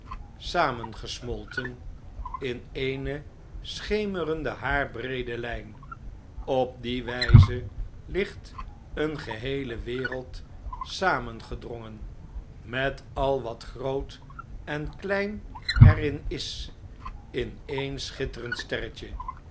samengesmolten in eene schemerende haarbreede ljjn op die wijze ligt eene geheele wereld samengedrongen met al wat groot en klein er in is in een schitterend sterretje